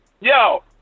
Yo